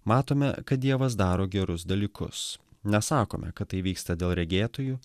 matome kad dievas daro gerus dalykus nesakome kad tai vyksta dėl regėtojų